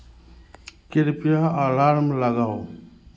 कृपया अलार्म लगाउ